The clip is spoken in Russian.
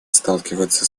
сталкиваться